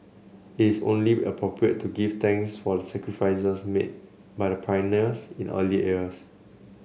it's only appropriate to give thanks for the sacrifices made by the pioneers in the early years